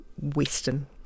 Western